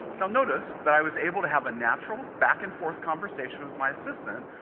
now, notice that i was able to have a natural, back-and-forth conversation with my assistant,